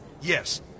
Yes